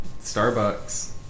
Starbucks